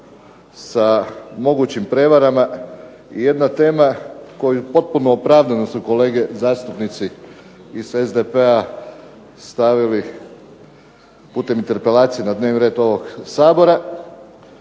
sa mogućim prijevarama i jedna tema koju potpuno opravdano su kolege zastupnici iz SDP-a stavili putem interpelacije na dnevni red ovog Sabora